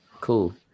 cool